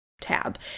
tab